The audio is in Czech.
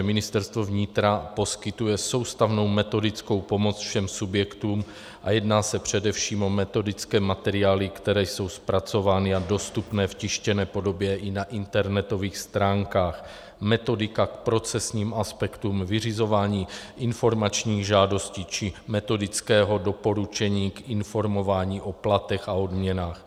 Ministerstvo vnitra poskytuje soustavnou metodickou pomoc všem subjektům, a jedná se především o metodické materiály, které jsou zpracovány a dostupné v tištěné podobě i na internetových stránkách metodika k procesním aspektům vyřizování informačních žádostí či metodického doporučení k informování o platech a odměnách.